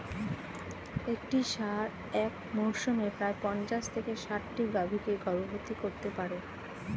একটি ষাঁড় এক মরসুমে প্রায় পঞ্চাশ থেকে ষাটটি গাভী কে গর্ভবতী করতে পারে